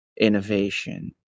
innovation